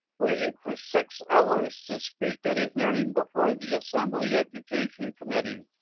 waiting for six hours to speak at a hearing before the assembly education committee,